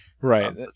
Right